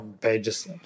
pages